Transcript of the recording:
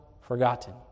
forgotten